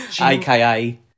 aka